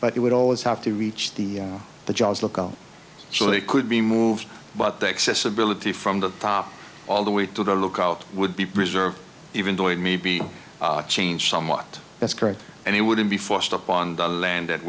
but it would always have to reach the the jobs local so they could be moved but the accessibility from the top all the way to the lookout would be preserved even though it may be changed somewhat that's correct and it wouldn't be forced upon the land that